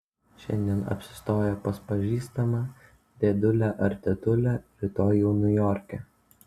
šiandien apsistoję pas pažįstamą dėdulę ar tetulę rytoj jau niujorke